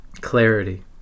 Clarity